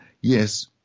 yes